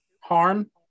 Harm